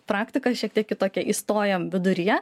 praktika šiek tiek kitokia įstojom viduryje